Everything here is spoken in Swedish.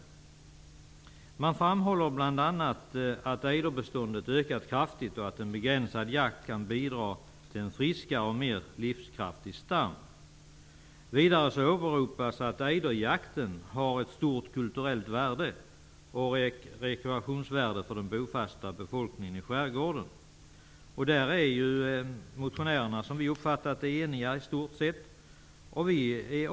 Bl.a. framhålls det att ejderbeståndet kraftigt ökat och att en begränsad jakt kan bidra till en friskare och mera livskraftig stam. Vidare åberopas att ejderjakten har ett stort kulturellt värde och ett rekreationsvärde för den bofasta befolkningen i skärgården. Motionärerna är, som vi har uppfattat detta, i stort sett eniga.